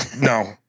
no